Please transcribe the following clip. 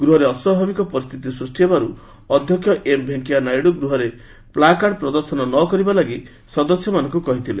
ଗୃହରେ ଅସ୍ୱାଭାବିକ ପରିସ୍ଥିତି ସୃଷ୍ଟି ହେବାରୁ ଅଧ୍ୟକ୍ଷ ଏମ୍ ଭେଙ୍କିୟା ନାଇଡୁ ଗୃହରେ ପ୍ଲାକାର୍ଡ଼ ପ୍ରଦର୍ଶନ ନ କରିବା ଲାଗି ସଦସ୍ୟମାନଙ୍କୁ କହିଥିଲେ